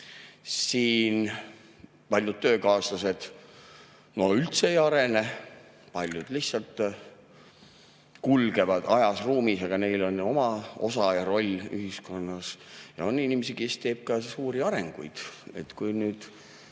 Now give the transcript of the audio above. Siin paljud töökaaslased üldse ei arene, paljud lihtsalt kulgevad ajas ja ruumis, aga neil on oma osa ja roll ühiskonnas. Aga on ka inimesi, kes teevad läbi suuri arengu[hüppe]id.